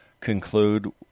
conclude